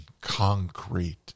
concrete